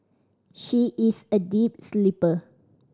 she is a deep sleeper